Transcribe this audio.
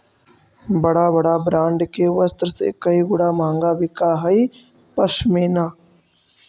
बड़ा बड़ा ब्राण्ड के वस्त्र से कई गुणा महँगा बिकऽ हई पशमीना